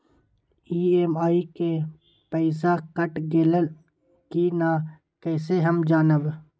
EMI के पईसा कट गेलक कि ना कइसे हम जानब?